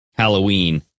halloween